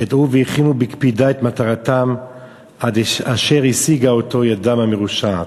ידעו והכינו בקפידה את מטרתם עד אשר השיגה אותו ידם המרושעת.